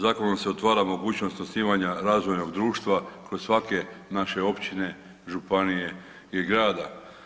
Zakonom se otvara mogućnost osnivanja razvojnog društva kod svake naše općine, županije i grada.